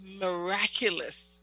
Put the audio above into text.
miraculous